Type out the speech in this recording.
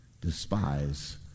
despise